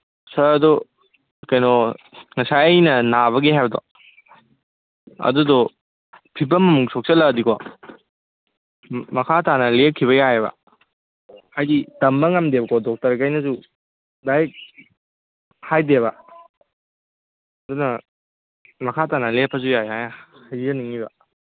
ꯁꯥꯔ ꯑꯗꯨ ꯀꯩꯅꯣ ꯉꯁꯥꯏ ꯑꯩꯅ ꯅꯥꯕꯒꯤ ꯍꯥꯏꯕꯗꯣ ꯑꯗꯨꯗꯣ ꯐꯤꯕꯝ ꯑꯃꯨꯛ ꯁꯣꯛꯆꯤꯜꯂꯛꯑꯗꯤꯀꯣ ꯃꯈꯥ ꯇꯥꯅ ꯂꯦꯞꯈꯤꯕ ꯌꯥꯏꯌꯦꯕ ꯍꯥꯏꯗꯤ ꯇꯝꯕ ꯉꯝꯗꯦꯕꯀꯣ ꯗꯣꯛꯇꯔꯒꯩꯅꯁꯨ ꯗꯥꯏꯔꯦꯛ ꯍꯥꯏꯗꯦꯕ ꯑꯗꯨꯅ ꯃꯈꯥ ꯇꯥꯅ ꯂꯦꯞꯄꯁꯨ ꯌꯥꯏ ꯍꯥꯏꯖꯅꯤꯡꯉꯤꯕ